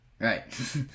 Right